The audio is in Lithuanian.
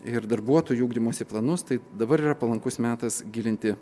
ir darbuotojų ugdymosi planus tai dabar yra palankus metas gilinti